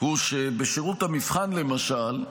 הוא שבשירות המבחן, למשל,